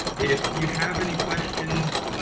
if you have any questions,